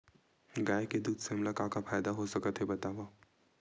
गाय के दूध से हमला का का फ़ायदा हो सकत हे बतावव?